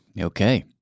Okay